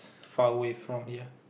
far away from here